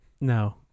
No